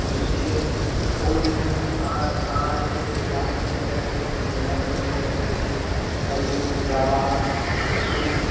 लीची अइ फूलमे अहाँ अहाँ जे छै से गुलाबके फूल लऽ सकैत छी गेंदाके फूल लऽ सकैत छी अड़हुल जावा कुसुम